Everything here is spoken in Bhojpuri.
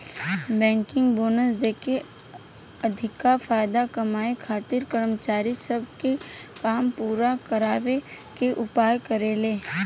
बैंक बोनस देके अधिका फायदा कमाए खातिर कर्मचारी सब से काम पूरा करावे के उपाय करेले